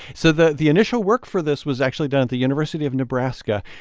so the the initial work for this was actually done at the university of nebraska.